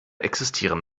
existieren